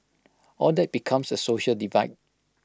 all that becomes A social divide